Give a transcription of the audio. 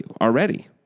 already